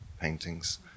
paintings